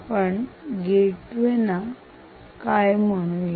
आपण या गेटवे ना काय म्हणू या